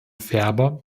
ferber